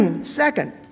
Second